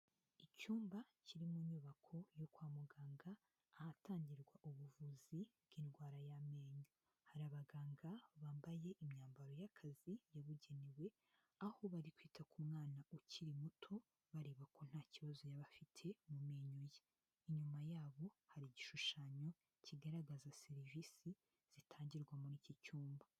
Icyumba kiri mu nyubako yo kwa muganga ahatangirwa ubuvuzi bw'indwara y'amenyo, hari abaganga bambaye imyambaro y'akazi yabugenewe, aho bari kwita ku mwana ukiri muto bareba ko nta kibazo yaba afite mu menyo ye. Inyuma yabo hari igishushanyo kigaragaza serivisi zitangirwa muri iki cyumba.